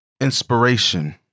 inspiration